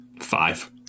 five